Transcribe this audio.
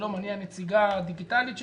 שלום, אני הנציגה הדיגיטלית שלך.